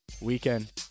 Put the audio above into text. weekend